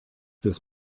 des